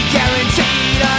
Guaranteed